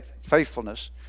faithfulness